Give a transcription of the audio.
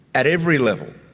at every level,